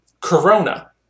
Corona